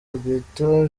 rwitwa